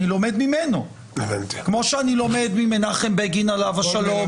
אני לומד ממנו כמו שאני לומד ממנחם בגין עליו השלום